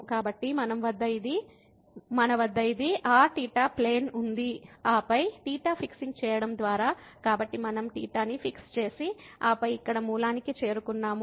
కాబట్టి మన వద్ద ఇది r θ ప్లేన్ ఉంది ఆపై θ ఫిక్సింగ్ చేయడం ద్వారా మనం θ ని ఫిక్స్ చేసి ఆపై ఇక్కడ మూలానికి చేరుకున్నాము